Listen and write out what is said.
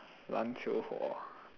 篮球火